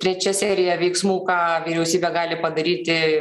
trečia serija veiksmų ką vyriausybė gali padaryti